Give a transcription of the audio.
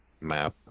map